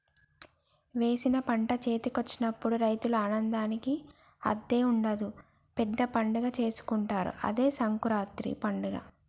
వేసిన పంట చేతికొచ్చినప్పుడు రైతుల ఆనందానికి హద్దే ఉండదు పెద్ద పండగే చేసుకుంటారు అదే సంకురాత్రి పండగ